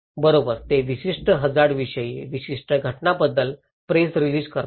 बरोबर ते विशिष्ट हझार्ड विषयी विशिष्ट घटनांबद्दल प्रेस रिलिज करतात